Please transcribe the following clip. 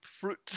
fruit